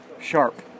sharp